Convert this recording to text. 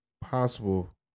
possible